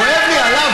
כואב לי עליו,